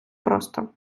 просто